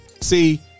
See